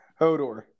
Hodor